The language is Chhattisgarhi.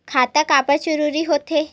खाता काबर जरूरी हो थे?